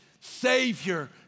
savior